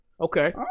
Okay